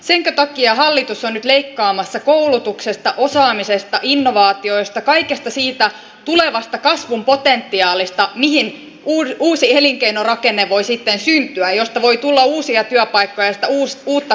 senkö takia hallitus on nyt leikkaamassa koulutuksesta osaamisesta innovaatioista kaikesta siitä tulevasta kasvun potentiaalista mihin uusi elinkeinorakenne voi sitten syntyä mistä voi tulla uusia työpaikkoja ja sitä uutta kasvua